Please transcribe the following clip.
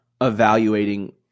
evaluating